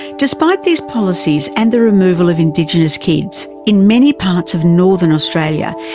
despite these policies and the removal of indigenous kids, in many parts of northern australia,